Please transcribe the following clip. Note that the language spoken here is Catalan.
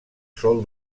sol